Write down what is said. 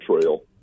trail